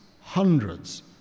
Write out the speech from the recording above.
hundreds